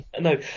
No